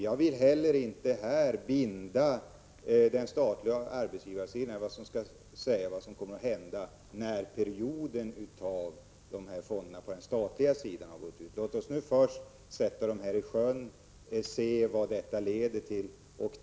Jag vill heller inte binda den statliga arbetsgivarsidan genom att säga vad som kommer att hända när perioden för dessa fonder går ut. Låt oss först sätta fonderna i sjön och se vad det leder till.